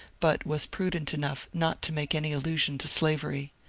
but was prudent enough not to make any allusion, to slavery.